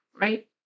right